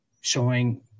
showing